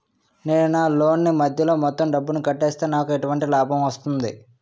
నేను నా లోన్ నీ మధ్యలో మొత్తం డబ్బును కట్టేస్తే నాకు ఎటువంటి లాభం వస్తుంది?